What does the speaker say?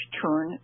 turn